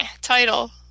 title